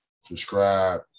subscribe